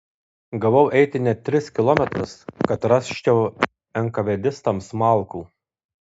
gavau eiti net tris kilometrus kad rasčiau enkavedistams malkų